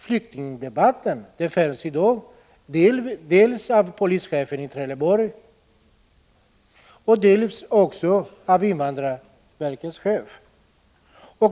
Flyktingdebatten förs i dag dels av polischefen i Trelleborg, dels av invandrarverkets chef.